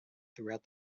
throughout